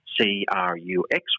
C-R-U-X